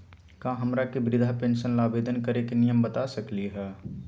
का हमरा के वृद्धा पेंसन ल आवेदन करे के नियम बता सकली हई?